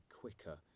quicker